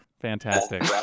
Fantastic